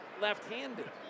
left-handed